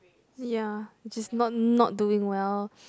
ya which is not not doing well